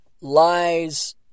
lies